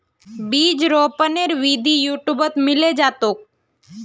बीज रोपनेर विधि यूट्यूबत मिले जैतोक